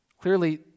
Clearly